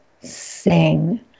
sing